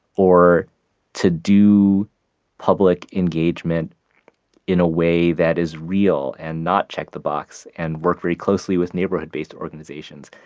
or to do public engagement in a way that is real and not check the box and work very closely with neighborhood-based organizations.